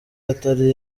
atari